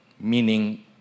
Meaning